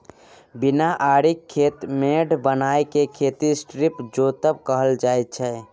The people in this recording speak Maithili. बिना आरिक खेत मेढ़ बनाए केँ खेती स्ट्रीप जोतब कहल जाइ छै